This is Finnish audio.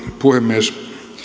puhemies